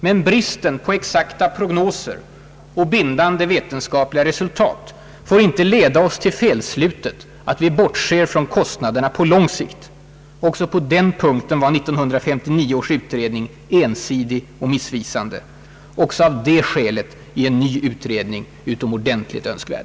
Men bristen” på exakta prognoser och bindande vetenskapliga resultat får inte leda oss till felslutet att vi bortser från kostnaderna på lång sikt, även på den punkten var 1959 års utredning ensidig och missvisande, Också av det skälet är en ny utredning utomordentligt önskvärd.